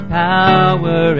power